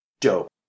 Dope